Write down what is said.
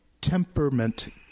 temperament